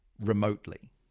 remotely